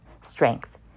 Strength